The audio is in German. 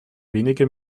wenige